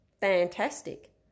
fantastic